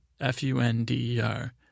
F-U-N-D-E-R